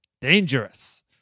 Dangerous